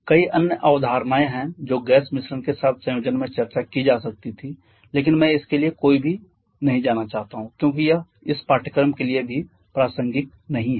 कई अन्य अवधारणाएं हैं जो गैस मिश्रण के साथ संयोजन में चर्चा की जा सकती थीं लेकिन मैं इसके लिए कोई भी नहीं जाना चाहता हूं क्योंकि यह इस पाठ्यक्रम के लिए भी प्रासंगिक नहीं है